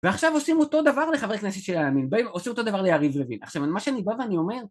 ועכשיו עושים אותו דבר לחברי כנסת של הימין, עושים אותו דבר ליריב לוין. עכשיו, מה שאני בא ואני אומר